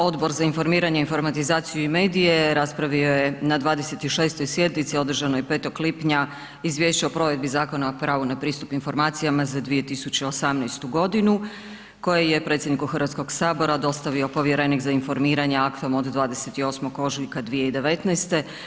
Odbor za informiranje, informatizaciju i medije raspravio je na 26. sjednici održanoj 5. lipnja izvješće o provedbi Zakona o pravu na pravu informacijama za 2018. godinu koje je predsjedniku Hrvatskog sabora dostavio povjerenik za informiranje aktom od 28. ožujka 2019.